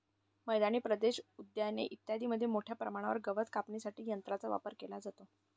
मैदानी प्रदेश, उद्याने इत्यादींमध्ये मोठ्या प्रमाणावर गवत कापण्यासाठी यंत्रांचा वापर केला जातो